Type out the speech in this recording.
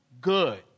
good